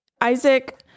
Isaac